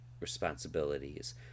responsibilities